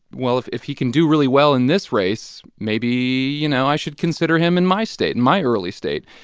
well, if if he can do really well in this race, maybe, you know, i should consider him in my state, in my early state.